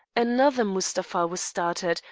another mustapha was started,